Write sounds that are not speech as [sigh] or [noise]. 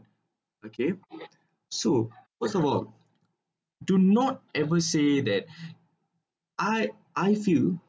okay so first of all do not ever say that [breath] I I feel